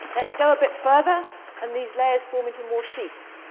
let it go a bit further and these layers form into more sheets.